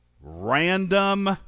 random